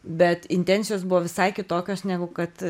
bet intencijos buvo visai kitokios negu kad